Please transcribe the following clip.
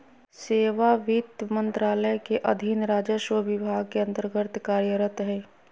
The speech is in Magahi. सेवा वित्त मंत्रालय के अधीन राजस्व विभाग के अन्तर्गत्त कार्यरत हइ